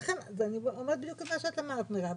אני אומרת בדיוק את מה שאת אמרת, מירב.